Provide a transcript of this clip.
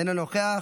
אינו נוכח.